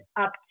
up